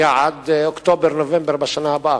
יש תאריך יעד, באוקטובר-נובמבר בשנה הבאה.